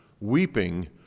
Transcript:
weeping